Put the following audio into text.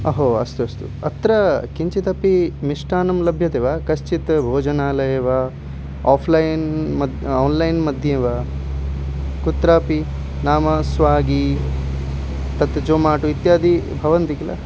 अहो अस्तु अस्तु अत्र किञ्चिदपि मिष्टान्नं लभ्यते वा कश्चित् भोजनालये वा ओफ़्लैन् मद् ओन्लैन् मध्ये वा कुत्रापि नाम स्वागि तत् जोमाटो इत्यादि भवन्ति खिल